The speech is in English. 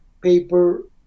paper